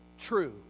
true